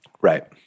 Right